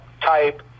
type